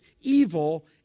evil